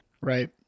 Right